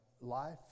life